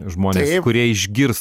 žmonės kurie išgirs